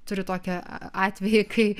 turiu tokį atvejį kai